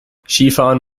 skifahren